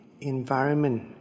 environment